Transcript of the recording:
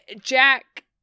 Jack